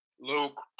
Luke